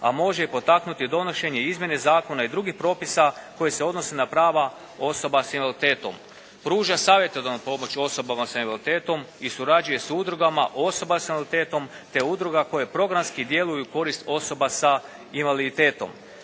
a može i potaknuti donošenje izmjena zakona i drugih propisa koji se odnose na prava osoba sa invaliditetom. Pruža savjetodavnu pomoć osobama sa invaliditetom i surađuje s udrugama osoba sa invaliditetom te udruga koje programski djeluju u korist osoba sa invaliditetom.